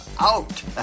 Out